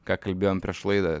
ką kalbėjom prieš laidą